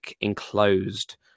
enclosed